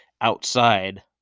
outside